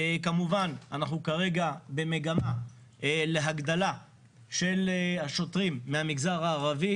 כמובן אנחנו כרגע במגמה להגדלה של השוטרים מהמגזר הערבי.